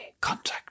contact